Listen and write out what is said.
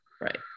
Right